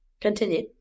Continue